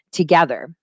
together